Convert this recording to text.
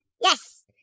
Yes